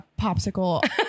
popsicle